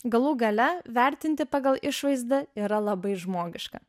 galų gale vertinti pagal išvaizdą yra labai žmogiška